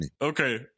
Okay